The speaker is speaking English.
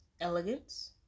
elegance